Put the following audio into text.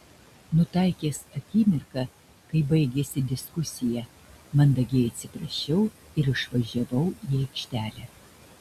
nutaikęs akimirką kai baigėsi diskusija mandagiai atsiprašiau ir išvažiavau į aikštelę